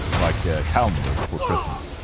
like calendars for christmas.